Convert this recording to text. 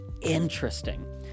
interesting